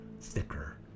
thicker